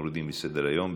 מורידים מסדר-היום.